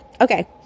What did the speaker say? okay